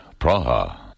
Praha